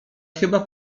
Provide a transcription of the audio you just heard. chyba